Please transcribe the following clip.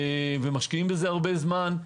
ומשקיעים בזה זמן רב.